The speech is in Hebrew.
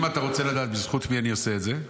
אם אתה רוצה לדעת בזכות מי אני עושה את זה,